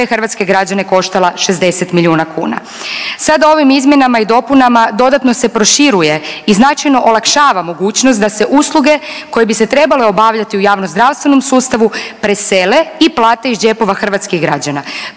hrvatske građane koštala 60 milijuna kuna. Sada ovim izmjenama i dopunama dodatno se proširuje i značajno olakšava mogućnost da se usluge koje bi se trebale obavljati u javno zdravstvenom sustavu presele i plate iz džepova hrvatskih građana.